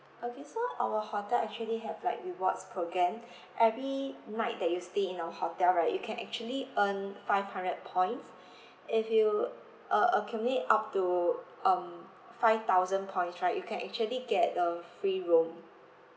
okay so our hotel actually have like rewards programme every night that you stay in our hotel right you can actually earn five hundred points if you uh accumulate up to um five thousand points right you can actually get a free room